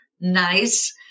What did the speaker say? Nice